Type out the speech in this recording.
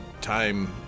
time